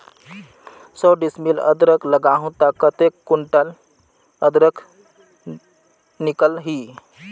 सौ डिसमिल अदरक लगाहूं ता कतेक कुंटल अदरक निकल ही?